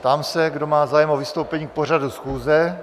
Ptám se, kdo má zájem o vystoupení k pořadu schůze.